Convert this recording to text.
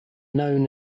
known